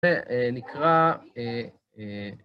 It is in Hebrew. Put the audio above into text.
זה נקרא